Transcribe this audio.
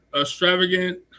extravagant